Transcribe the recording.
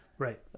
Right